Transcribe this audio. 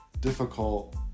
difficult